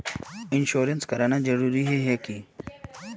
Insurance कराना जरूरी ही है की?